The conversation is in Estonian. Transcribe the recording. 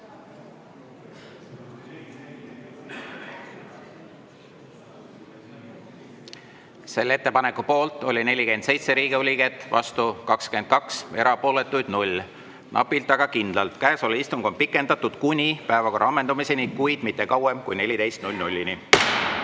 Selle ettepaneku poolt oli 47 Riigikogu liiget, vastu 22, erapooletuid 0. Napilt, aga kindlalt on istung pikendatud kuni päevakorra ammendumiseni, kuid mitte kauem kui kella